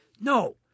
No